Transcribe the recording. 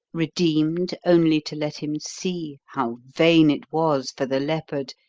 redeemed only to let him see how vain it was for the leopard,